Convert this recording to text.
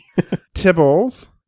Tibbles